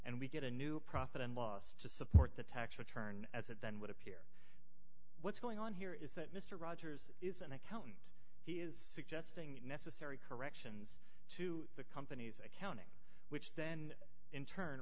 and we get a new profit and loss to support the tax return as it then would appear what's going on here is that mr rogers is an account he is suggesting necessary corrections to the company's accounting which then in turn